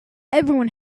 everyone